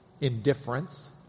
indifference